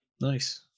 Nice